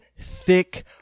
thick